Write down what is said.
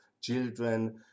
children